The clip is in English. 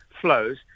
flows